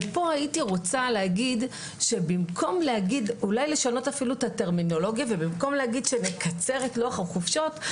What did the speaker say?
אולי צריך לשנות את הטרמינולוגיה ובמקום להגיד: לקצר את לוח החופשות,